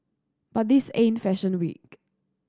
but this ain't fashion week